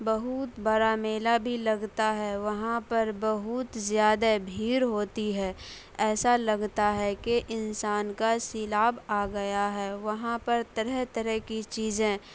بہت بڑا میلہ بھی لگتا ہے وہاں پر بہت زیادہ بھیڑ ہوتی ہے ایسا لگتا ہے کہ انسان کا سیلاب آ گیا ہے وہاں پر طرح طرح کی چیزیں